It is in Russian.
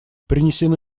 принесены